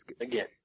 Again